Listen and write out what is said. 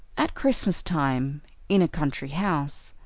at christmastime, in a country house,